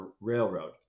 railroad